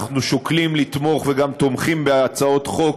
אנחנו שוקלים לתמוך וגם תומכים בהצעות חוק,